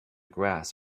grass